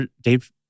Dave